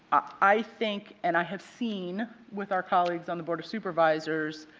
i think and i have seen with our colleagues on the board of supervisors,